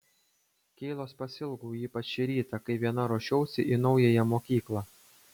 keilos pasiilgau ypač šį rytą kai viena ruošiausi į naująją mokyklą